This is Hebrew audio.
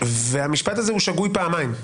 המשפט הזה שגוי פעמיים: